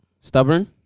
stubborn